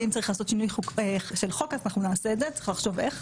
לכן אם צריך לעשות שינוי של חוק אנחנו נעשה את זה וצריך לחשוב איך.